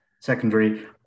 Secondary